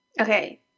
okay